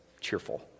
cheerful